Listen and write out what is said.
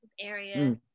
area